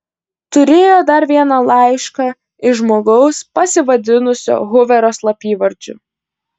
turėjo dar vieną laišką iš žmogaus pasivadinusio huverio slapyvardžiu